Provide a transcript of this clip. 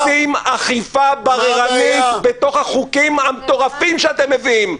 אתם עושים אכיפה בררנית בתוך החוקים המטורפים שאתם מביאים,